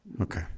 Okay